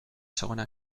segona